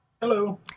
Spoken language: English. Hello